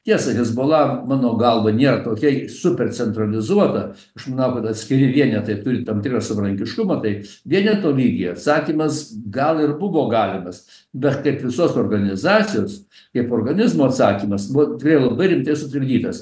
tiesa hezbola mano galva niera tokia super centralizuota aš manau kad atskiri vienetai turi tam tikrą savarankiškumą tai vieneto lygyje atsakymas gal ir buvo galimas bet kaip visos organizacijos kaip organizmo atsakymas buvo tikrai labai rimtai sutrikdytas